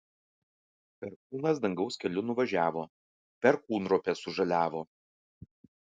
perkūnas dangaus keliu nuvažiavo perkūnropės sužaliavo